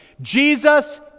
Jesus